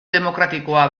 demokratikoa